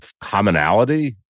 commonality